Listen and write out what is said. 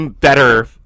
better